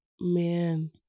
Man